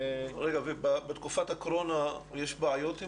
ובתקופת הקורונה יש בעיות?